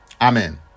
Amen